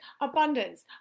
abundance